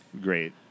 great